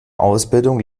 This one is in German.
ausbildung